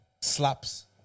slaps